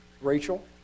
Rachel